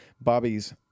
Bobby's